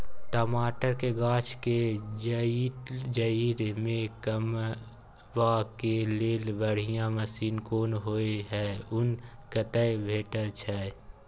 टमाटर के गाछ के जईर में कमबा के लेल बढ़िया मसीन कोन होय है उ कतय भेटय छै?